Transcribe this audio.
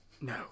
No